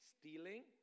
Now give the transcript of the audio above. stealing